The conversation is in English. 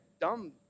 dumb